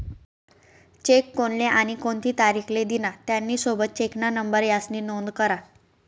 check कोनले आणि कोणती तारीख ले दिना, त्यानी सोबत चेकना नंबर यास्नी नोंद करा